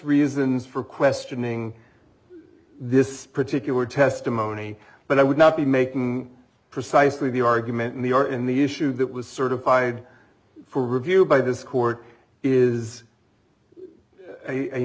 reasons for questioning this particular testimony but i would not be making precisely the argument in the or in the issue that was certified for review by this court is a